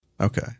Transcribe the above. Okay